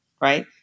right